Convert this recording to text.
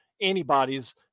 antibodies